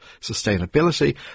sustainability